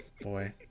boy